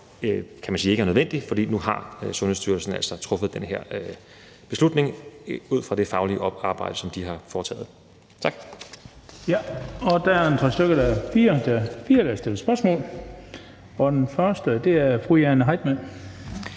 så ikke er nødvendigt, for nu har Sundhedsstyrelsen altså truffet den her beslutning ud fra det faglige arbejde, som de har foretaget. Tak.